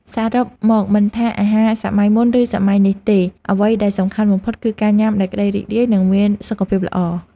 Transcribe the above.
សរុបមកមិនថាអាហារសម័យមុនឬសម័យនេះទេអ្វីដែលសំខាន់បំផុតគឺការញ៉ាំដោយក្តីរីករាយនិងមានសុខភាពល្អ។